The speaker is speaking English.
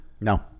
No